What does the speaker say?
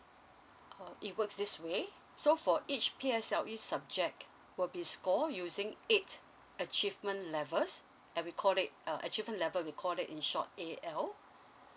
uh it works this way so for each P_S_L_E subject will be score using eight achievement levels and we called that uh achievement level we called that in short A_L